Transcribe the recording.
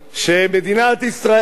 שמדינת ישראל,